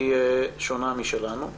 לצערי היא שונה משלנו.